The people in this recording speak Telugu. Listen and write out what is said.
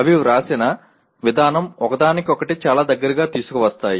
అవి వ్రాసిన విధానం ఒకదానికొకటి చాలా దగ్గరగా తీసుకువస్తారు